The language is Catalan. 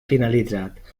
finalitzat